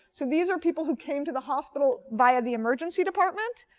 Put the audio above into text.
so these are people who came to the hospital via the emergency department,